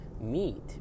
meet